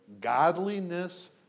Godliness